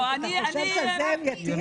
אתה חושב שעל זה הם יטילו?